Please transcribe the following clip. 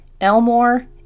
Elmore